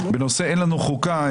בנושא אין לנו חוקה,